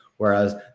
Whereas